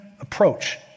approach